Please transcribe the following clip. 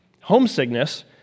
Homesickness